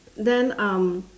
then um